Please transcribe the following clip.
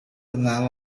dengan